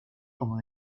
como